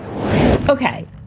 Okay